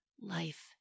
Life